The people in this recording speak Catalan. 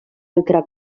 altre